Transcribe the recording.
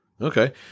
Okay